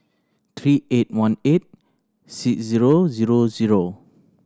three eight one eight six zero zero zero